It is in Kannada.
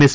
ಎಸ್